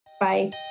bye